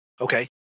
Okay